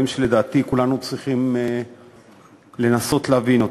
שלדעתי כולנו צריכים לנסות ולהבין אותם.